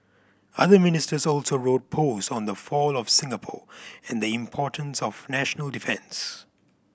other Ministers also wrote post on the fall of Singapore and the importance of national defence